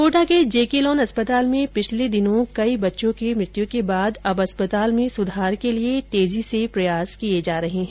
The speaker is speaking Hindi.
कोटा के जेकेलोन अस्पताल में पिछले दिनों कई बच्चों की मृत्यु के बाद अब अस्पताल में सुधार के लिए तेजी से प्रयास किये जा रहे है